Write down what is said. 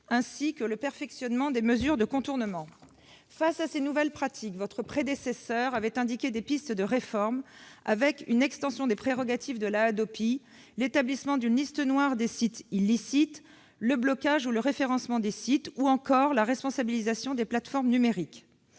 ainsi que le perfectionnement des mesures de contournement. Pour faire face à ces nouvelles pratiques, votre prédécesseur, monsieur le ministre, avait indiqué des pistes de réforme : extension des prérogatives de la Hadopi, établissement d'une liste noire des sites illicites, blocage ou déréférencement des sites, responsabilisation des plateformes numériques